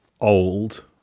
old